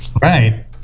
right